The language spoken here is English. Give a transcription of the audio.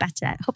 better